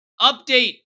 Update